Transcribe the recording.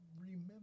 remember